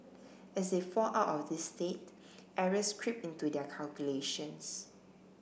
as they fall out of this state errors creep into their calculations